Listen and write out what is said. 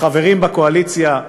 החברים בקואליציה,